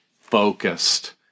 focused